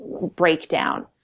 breakdown